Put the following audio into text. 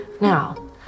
Now